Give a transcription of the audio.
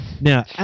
Now